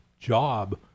job